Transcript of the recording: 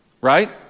right